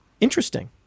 interesting